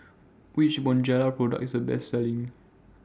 Which Bonjela Product IS The Best Selling